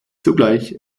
zugleich